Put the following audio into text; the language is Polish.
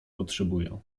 potrzebuję